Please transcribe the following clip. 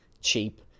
cheap